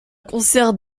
concert